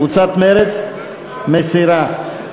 קבוצת מרצ, אלקטרוני?